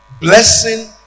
Blessing